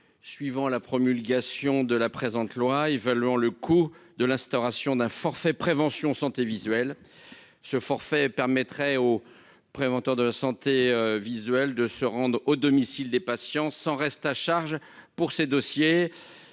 suivant la promulgation de la présente loi, évaluant le coût de l'instauration d'un forfait prévention santé visuelle ce forfait permettrait au préventeur de santé visuelle de se rendre au domicile des patients sans reste à charge pour ces dossiers